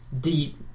deep